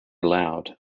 allowed